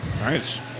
Nice